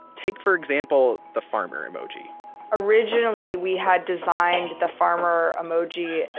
take for example, the farmer emoji originally, we had designed the farmer emoji,